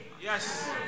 Yes